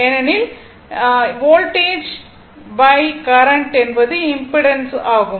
ஏனெனில் voltage current என்பது impedance ஆகும்